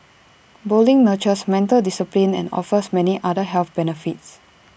bowling nurtures mental discipline and offers many other health benefits